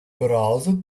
browser